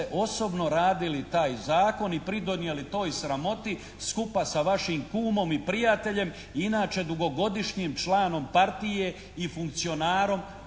osobno radili taj zakon i pridonijeli toj sramoti skupa sa vašim kumom i prijateljem i inače dugogodišnjim članom partije i funkcionarom